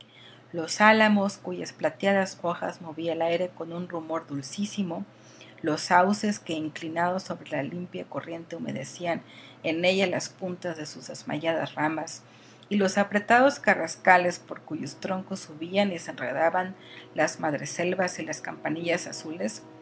los álamos cuyas plateadas hojas movía el aire con un rumor dulcísimo los sauces que inclinados sobre la limpia corriente humedecían en ella las puntas de sus desmayadas ramas y los apretados carrascales por cuyos troncos subían y se enredaban las madreselvas y las campanillas azules